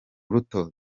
ruto